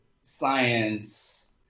science